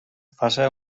faça